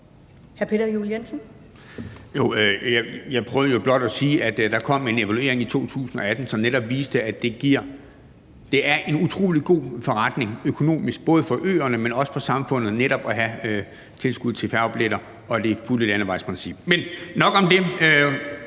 Jeg prøvede jo blot at sige, at der kom en evaluering i 2018, som netop viste, at det er en utrolig god forretning økonomisk for både øerne og for samfundet at have tilskud til færgebilletter og det fulde landevejsprincip. Men nok om det.